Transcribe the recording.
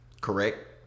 Correct